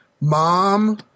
Mom